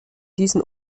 diesen